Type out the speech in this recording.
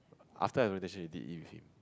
after orientation you did eat with him